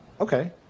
Okay